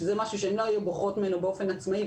שזה משהו שהן לא היו בוחרות בו באופן עצמאי.